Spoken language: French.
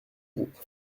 groupe